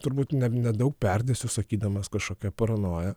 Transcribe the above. turbūt ne nedaug perdėsiu sakydamas kažkokia paranoja